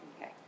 Okay